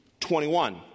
21